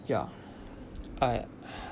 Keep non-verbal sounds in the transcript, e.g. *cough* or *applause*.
ya I *breath*